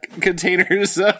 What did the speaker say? containers